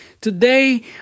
Today